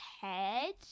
head